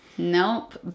nope